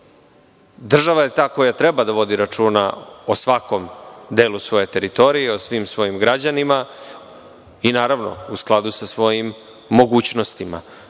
je ta koja treba da vodi računa o svakom delu svoje teritorije, o svim svojim građanima, a u skladu sa svojim mogućnostima.